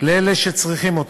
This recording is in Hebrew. לאלה שצריכים אותה.